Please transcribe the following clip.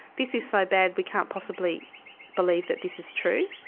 this is so bad we can't possibly believe that this is true,